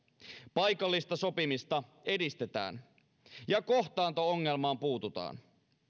paikallista sopimista edistetään ja kohtaanto ongelmaan puututaan